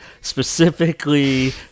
specifically